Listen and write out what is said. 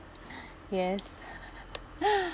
yes